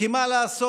כי מה לעשות,